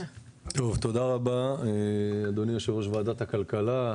תודה רבה אדוני יושב-ראש ועדת הכלכלה,